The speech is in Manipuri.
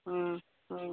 ꯎꯝ ꯎꯝ